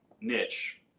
niche